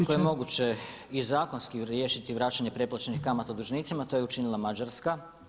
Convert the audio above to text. Svakako je moguće i zakonski riješiti vraćanje preplaćenih kamata dužnicima, to je učinila Mađarska.